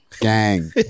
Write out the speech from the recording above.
gang